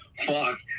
Fuck